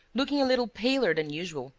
looking a little paler than usual,